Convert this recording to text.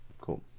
Cool